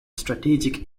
strategic